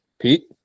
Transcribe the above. Pete